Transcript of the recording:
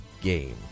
game